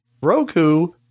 Roku